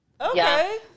Okay